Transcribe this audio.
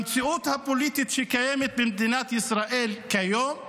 במציאות הפוליטית שקיימת במדינת ישראל כיום,